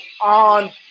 on